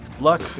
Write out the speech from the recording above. Luck